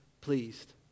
pleased